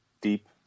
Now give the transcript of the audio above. deep